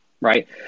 right